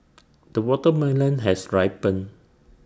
the watermelon has ripened